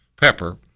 pepper